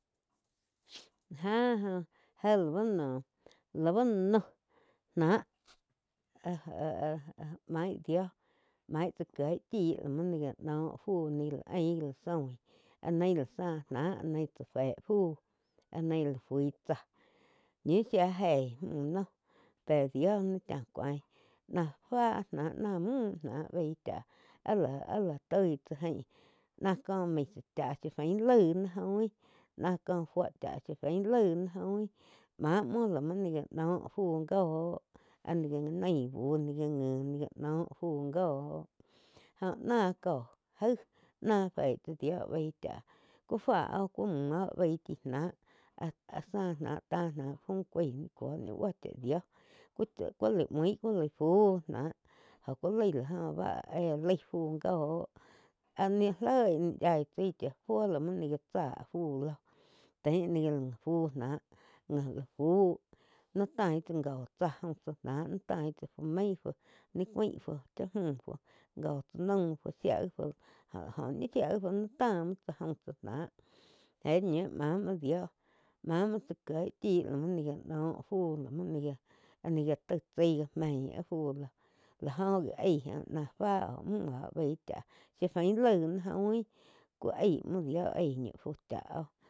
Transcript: Ah joh jé lau noh, lau la noh náh ah-ah maíh dio maí tsá kieg chi ga noh fu ja la ain áh ni la záh náh tsá fe fu áh nain la fui tsáh ñiu shía jéih múh noh pe dio ni chá cúain ná fá náh ná múh náh baih cháh áh-áh toig tsá jain náh co misa cha si fain laig ni join náh cóh fui chá si fain laig ni oin má muo la bá gá noh fu goh áh ni gá nái bu ni gá ngi ni gá noh fu góh joh náh cóh jaíg náh fei tsá dio baíg cháh ku fáoh ku múh óh baíh chi náh áh-áh záh náh fu caih cúo ni buo chá dio cu cha ku la mui cu la fu náh jóh ku laig la oh bá éh laig fu go áh ni loih yaí tsai cha fuo la gi muo ni gá tsáh fu lo tein ni gá la fui náh la fu noh tain tsá joh tsá jain na ti tain tsá fu main ni cuáin fu laig cha muh go tsá naum shia gi fu oh ñi shia gi ta muo tsá jaum tsá náh éh ñiu máh muo dio máh muo tsá kieg chi no fu áh ni gá taih chaí áh fu loh láh jo gi aíg óh fá oh múh oh baih cháh si fain laig ni join ku ai muo dio aíh ni fu cha oh.